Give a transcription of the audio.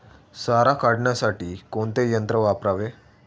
सारा काढण्यासाठी कोणते यंत्र वापरावे?